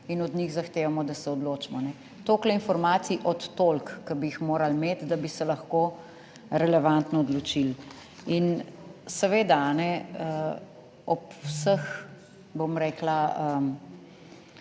in od njih zahtevamo, da se odločimo, toliko informacij od toliko, ki bi jih morali imeti, da bi se lahko relevantno odločili. In seveda, ob vseh, bom rekla,